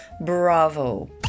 bravo